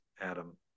Adam